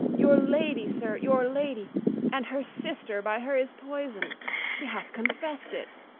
your lady, sir, your lady and her sister by her is poisoned she hath confess'd it.